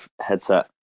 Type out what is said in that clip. headset